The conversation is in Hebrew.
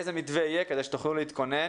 איזה מתווה יהיה כדי שתוכלו להתכונן.